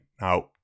Now